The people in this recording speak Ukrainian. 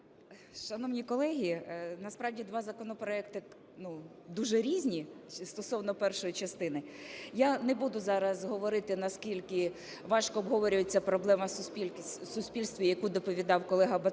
Шановні колеги, насправді, два законопроекти дуже різні стосовно першої частини. Я не буду зараз говорити, наскільки важко обговорюється проблема в суспільстві, яку доповідав колега Батенко.